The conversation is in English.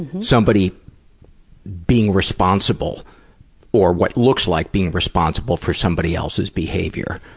somebody being responsible or what looks like being responsible for somebody else's behavior.